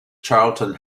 charlton